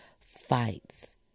fights